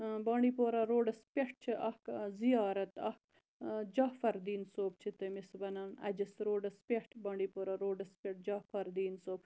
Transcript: بانڈی پورہ روڑَس پیٚٹھ چھِ اکھ زِیارَت جافر دیٖن صٲب چھِ تٔمِس وَنان اَجَس روڑَس پیٚٹھ بانڈی پورہ روڑَس پیٚٹھ جافَر دیٖن صٲب